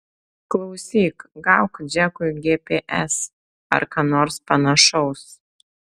klausyk gauk džekui gps ar ką nors panašaus